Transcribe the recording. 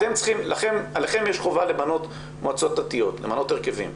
עליכם יש חובה למנות מועצות דתיות, למנות הרכבים.